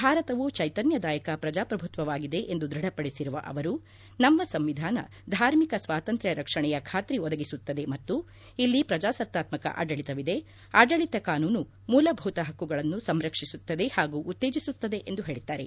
ಭಾರತವು ಚೈತನ್ಯದಾಯಕ ಪ್ರಜಾಪ್ರಭುತ್ವವಾಗಿದೆ ಎಂದು ದೃಢಪಡಿಸಿರುವ ಅವರು ನಮ್ಮ ಸಂವಿಧಾನ ಧಾರ್ಮಿಕ ಸ್ವಾತಂತ್ರ್ಯ ರಕ್ಷಣೆಯ ಖಾತ್ರಿ ಒದಗಿಸುತ್ತದೆ ಮತ್ತು ಇಲ್ಲಿ ಪ್ರಜಾಸತ್ತಾತ್ಕಕ ಆಡಳಿತವಿದೆ ಆಡಳಿತ ಕಾನೂನು ಮೂಲಭೂತ ಹಕ್ಕುಗಳನ್ನು ಸಂರಕ್ಷಿಸುತ್ತದೆ ಹಾಗೂ ಉತ್ತೇಜಿಸುತ್ತದೆ ಎಂದು ಹೇಳಿದ್ದಾರೆ